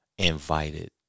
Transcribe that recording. invited